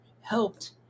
helped